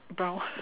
brown